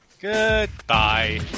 Goodbye